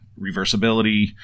reversibility